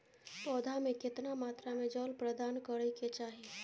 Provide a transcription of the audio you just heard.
पौधा में केतना मात्रा में जल प्रदान करै के चाही?